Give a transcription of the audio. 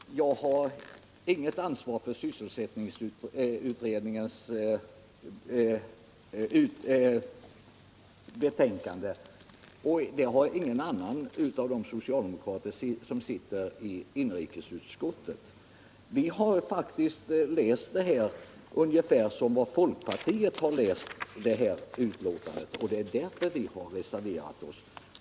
Herr talman! Jag har inget ansvar för sysselsättningsutredningens betänkande, och det har ingen annan av de socialdemokrater som sitter i inrikesutskottet heller. Vi har faktiskt läst utskottets skrivning ungefär som folkpartisterna har läst den, och det är därför vi har reserverat oss.